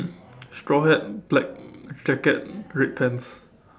straw hat black jacket red pants